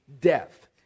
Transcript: death